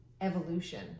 evolution